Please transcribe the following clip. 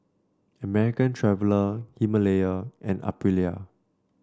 American Traveller Himalaya and Aprilia